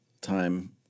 time